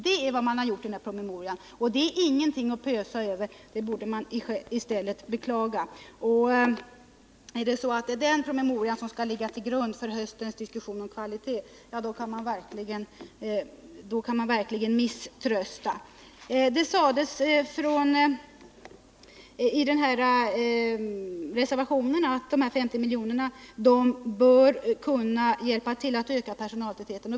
Det är vad man har gjort i den promemorian, och det är ingenting att pösa över utan i stället någonting som Gabriel Romanus borde beklaga. Är det den promemorian som skall ligga till grund för höstens diskussion om kvalitet, då kan man verkligen misströsta. Det sägs i reservationen att de 50 miljonerna bör kunna bidra till att man kan öka personaltätheten.